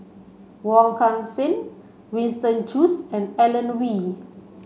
Wong Kan Seng Winston Choos and Alan Oei